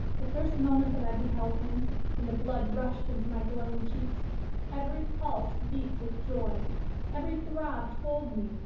the first moment that i beheld him and the blood rushed into my glowing cheeks every pulse beat with joy every throb told me,